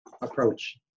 approach